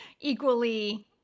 equally